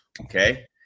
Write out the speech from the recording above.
Okay